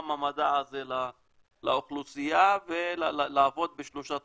המדע הזה לאוכלוסייה ולעבוד בשלושה תחומים,